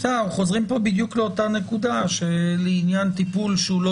אנחנו חוזרים פה בדיוק לאותה נקודה שלעניין טיפול שהוא לא